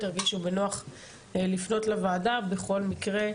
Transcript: ירגישו בנוח לפנות לוועדה בכל מקרה,